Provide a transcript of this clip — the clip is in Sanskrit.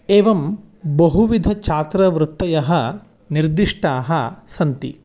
एवं बहुविधछात्रवृत्तयः निर्दिष्टाः सन्ति